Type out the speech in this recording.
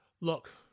Look